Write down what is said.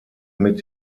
mit